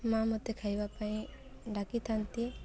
ମାଆ ମୋତେ ଖାଇବା ପାଇଁ ଡାକିଥାନ୍ତି